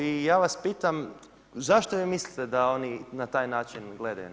I ja vas pitam, zašto vi mislite da oni na taj način gledaju na